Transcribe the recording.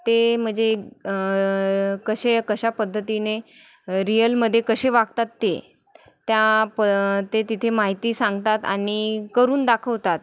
ते म्हणजे कशे कशा पद्धतीने रियलमध्ये कसे वागतात ते त्या प ते तिथे माहिती सांगतात आणि करून दाखवतात